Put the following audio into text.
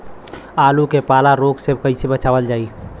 आलू के पाला रोग से कईसे बचावल जाई?